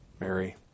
Mary